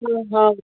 ହଁ